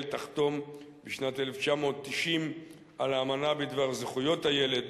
תחתום בשנת 1990 על האמנה בדבר זכויות הילד,